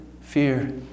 fear